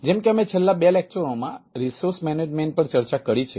તેથી જેમ કે અમે છેલ્લા 2 લેક્ચરોમાં રિસોર્સ મેનેજમેન્ટ પર ચર્ચા કરી છે